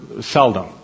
seldom